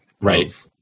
Right